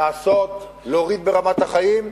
לעשות, להוריד ברמת החיים.